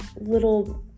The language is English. little